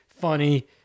funny